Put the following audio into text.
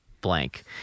blank